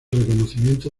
reconocimiento